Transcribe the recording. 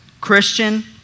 Christian